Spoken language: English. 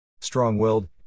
Strong-willed